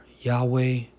Yahweh